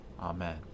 Amen